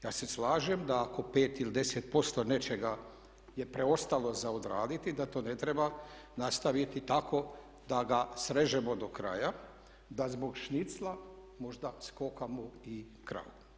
Ja se slažem da ako pet ili deset posto nečega je preostalo za odraditi da to ne treba nastaviti tako da ga srežemo do kraja, da zbog šnicla možda skokamo i kravu.